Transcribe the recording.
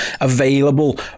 available